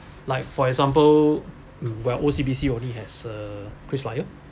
like for example where O_C_B_C only has uh krisflyer